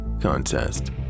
Contest